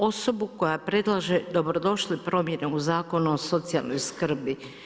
Osobu koja predlaže dobrodošle promjene u Zakonu o socijalnoj skrbi.